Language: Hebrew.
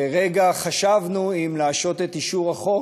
לרגע חשבנו אם להשעות את אישור החוק